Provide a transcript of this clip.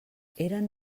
eren